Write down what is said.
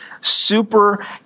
super